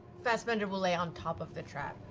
fassbender will lay on top of the trap.